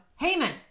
Heyman